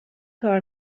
کار